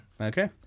Okay